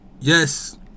yes